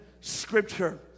Scripture